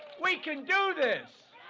we can do this!